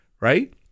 Right